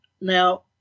Now